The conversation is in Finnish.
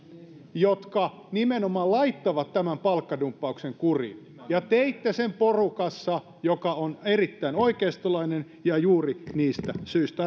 jotka nimenomaan laittavat tämän palkkadumppauksen kuriin ja teitte sen porukassa joka on erittäin oikeistolainen ja juuri niistä syistä